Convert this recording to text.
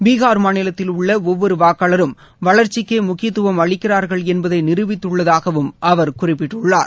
பீகார் மாநிலத்தில் உள்ள ஒவ்வொரு வாக்காளரும் வளர்ச்சிக்கே முக்கியத்துவம் அளிக்கிறா்கள் என்பதை நிரூபித்துள்ளதாகவும் அவர் குறிப்பிட்டுள்ளார்